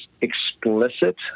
explicit